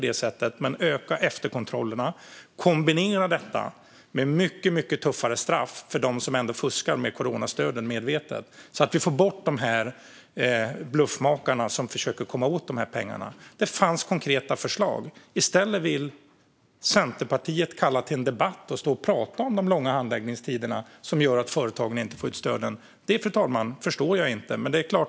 Men man bör öka efterkontrollerna och kombinera det med mycket tuffare straff för dem som ändå medvetet fuskar med coronastöden, så att vi får bort bluffmakarna som försöker komma åt de pengarna. Det fanns alltså konkreta förslag. Men i stället vill Centerpartiet kalla till en debatt och stå och prata om de långa handläggningstiderna som gör att företagen inte får ut sina stöd. Det förstår jag inte, fru talman.